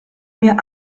mir